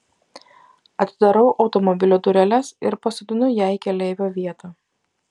atidarau automobilio dureles ir pasodinu ją į keleivio vietą